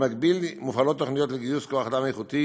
במקביל מופעלות תוכניות לגיוס כוח אדם איכותי